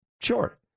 sure